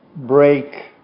break